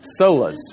solas